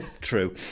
true